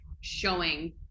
showing